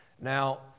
Now